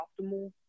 optimal